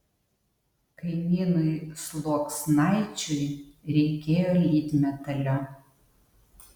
kaimynui sluoksnaičiui reikėjo lydmetalio